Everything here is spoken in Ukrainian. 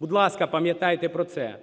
Будь ласка, пам'ятайте про це.